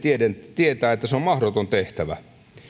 tietää että se on mahdoton tehtävä